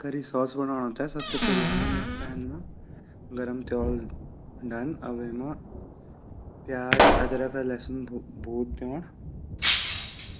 करी सॉस बडोड़ो ते सबसे पहली हमुन योक पैन मा गरम त्योल ढान अर वेमा प्याज अदरक अर लहसुन भुंड अर